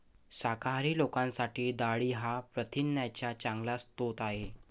शाकाहारी लोकांसाठी डाळी हा प्रथिनांचा चांगला स्रोत आहे